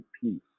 peace